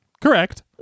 correct